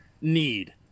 need